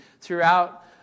throughout